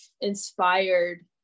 inspired